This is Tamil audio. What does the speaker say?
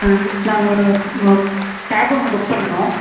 ஆ நாங்கள் கேப் ஒன்று புக் பண்ணனும்